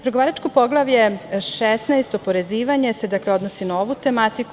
Pregovaračko poglavlje 16, oporezivanje se, dakle odnosi na ovu tematiku.